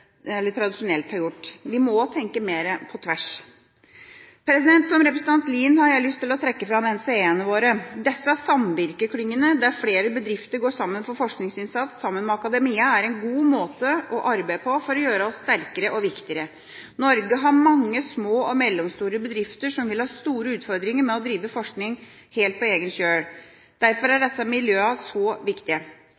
eller bedrifter i vårt eget land. Vi konkurrerer internasjonalt. Derfor må både det offentlige og det private nærings- og samfunnsliv tenke annerledes enn de tradisjonelt har gjort. En må tenke mer på tvers. Som representanten Lien har jeg lyst til å trekke fram NCE-ene våre. Disse samvirkeklyngene, der flere bedrifter går sammen for forskningsinnsats sammen med akademia, er en god måte å arbeide på for å gjøre oss sterkere og viktigere. Norge har mange små og mellomstore bedrifter som vil ha store